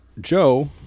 Joe